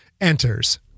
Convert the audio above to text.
enters